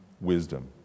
wisdom